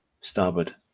starboard